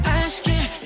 asking